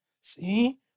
see